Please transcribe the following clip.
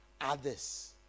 others